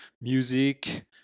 music